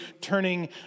turning